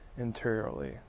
interiorly